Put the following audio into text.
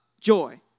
joy